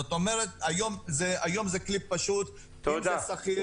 זאת אומרת, היום זה כלי פשוט --- תודה.